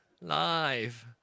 live